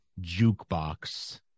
jukebox